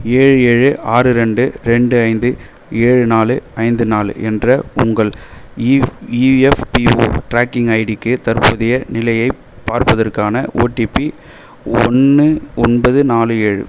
ஏழு ஏழு ஆறு ரெண்டு ரெண்டு ஐந்து ஏழு நாலு ஐந்து நாலு என்ற உங்கள் இ இஎஃப்பிஓ ட்ராக்கிங் ஐடிக்கு தற்போதைய நிலையைப் பார்ப்பதற்கான ஓடிபி ஒன்று ஒன்பது நாலு ஏழு